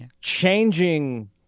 changing